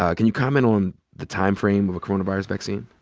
ah can you comment on the timeframe of a coronavirus vaccine?